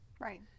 Right